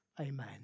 Amen